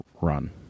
run